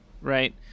right